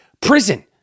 prison